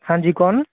हाँ जी कौन